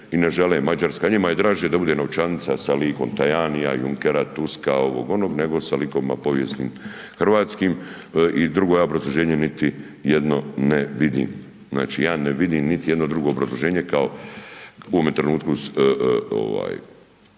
i ne žele, Mađarska, njima je draže da bude novčanica sa likom Tajanija, Junckera, Tuska, ovog-onog nego sa likovima povijesnim hrvatskim, i drugo, ja obrazloženje niti jedno ne vidim. Znači ja ne vidim niti jedno drugo obrazloženje kao u ovome trenutku